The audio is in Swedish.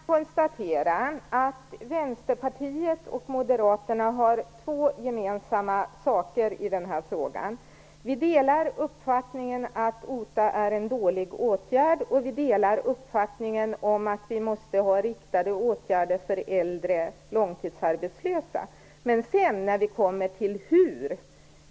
Fru talman! Jag kan konstatera att Vänsterpartiet och Moderaterna har två saker gemensamt i den här frågan. Vi delar uppfattningen att OTA är en dålig åtgärd, och vi delar uppfattningen att vi måste ha riktade åtgärder för äldre långtidsarbetslösa. Men när vi kommer till hur